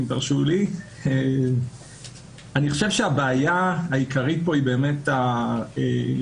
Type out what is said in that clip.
אני חושב שהבעיה העיקרית פה היא כשאנחנו